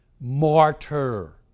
Martyr